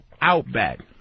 Outback